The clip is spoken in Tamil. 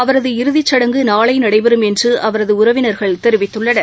அவரது இறுதிச்சடங்கு நாளைநடைபெறும் என்றுஅவரதுஉறவினர்கள் தெரிவித்துள்ளனர்